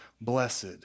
blessed